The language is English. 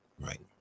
Right